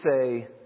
say